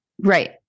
Right